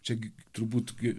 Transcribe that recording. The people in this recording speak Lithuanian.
čia gi turbūt gi